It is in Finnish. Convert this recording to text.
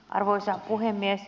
arvoisa puhemies